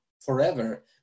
forever